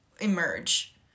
emerge